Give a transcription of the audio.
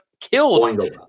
killed